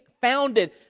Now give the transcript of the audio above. founded